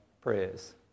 prayers